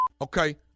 Okay